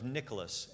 Nicholas